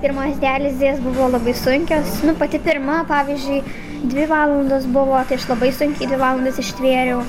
pirmos dializės buvo labai sunkios nu pati pirma pavyzdžiui dvi valandos buvo tai aš labai sunkiai dvi valandas ištvėriau